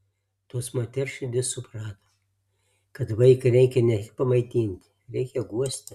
tos moters širdis suprato kad vaiką reikia ne tik pamaitinti reikia guosti